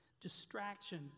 Distraction